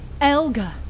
elga